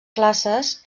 classes